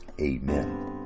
amen